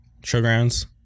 showgrounds